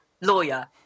lawyer